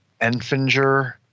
Enfinger